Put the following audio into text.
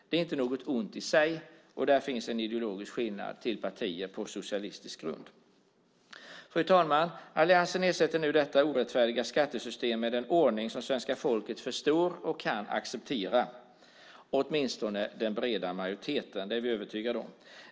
Det är inte något ont i sig, och där finns en ideologisk skillnad gentemot partier med socialistisk grund. Fru talman! Alliansen ersätter nu detta orättfärdiga skattesystem med en ordning som svenska folket förstår och kan acceptera, åtminstone den breda majoriteten. Det är vi övertygade om.